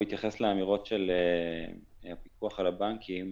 בהתייחס לאמירות של הפיקוח על הבנקים,